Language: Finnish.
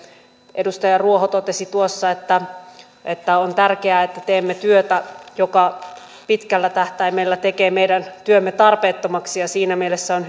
edustaja ruoho totesi tuossa että että on tärkeää että teemme työtä joka pitkällä tähtäimellä tekee meidän työmme tarpeettomaksi ja siinä mielessä on